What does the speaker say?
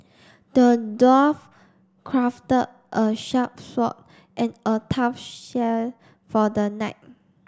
the dwarf crafted a sharp sword and a tough shell for the knight